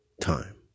time